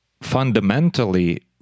fundamentally